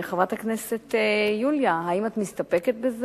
חברת הכנסת יוליה, האם את מסתפקת בזה?